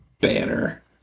Banner